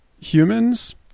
humans